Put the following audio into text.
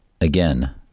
again